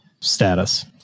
status